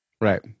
Right